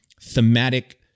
thematic